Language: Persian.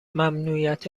ممنوعیت